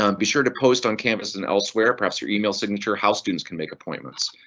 um be sure to post on campus and elsewhere perhaps your email signature how students can make appointments.